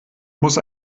muss